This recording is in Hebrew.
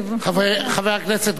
חבר הכנסת גפני,